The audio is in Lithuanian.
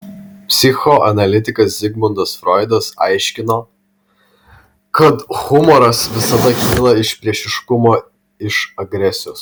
psichoanalitikas zigmundas froidas aiškino kad humoras visada kyla iš priešiškumo iš agresijos